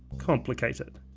complicated,